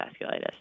vasculitis